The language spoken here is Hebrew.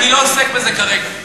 אני לא עוסק בזה כרגע.